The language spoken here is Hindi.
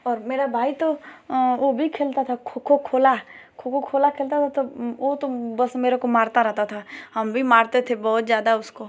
और मेरा भाई तो वह भी खेलता था खो खो खोला खो खो खोला खेलता था तो वह तो बस मेरे को मारता रहता था हम भी मारते थे बहुत ज़्यादा उसको